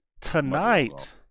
tonight